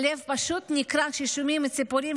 הלב פשוט נקרע כששומעים את הסיפורים